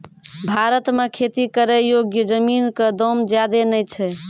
भारत मॅ खेती करै योग्य जमीन कॅ दाम ज्यादा नय छै